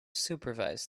supervise